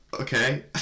Okay